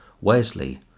Wesley